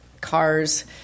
cars